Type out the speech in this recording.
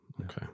okay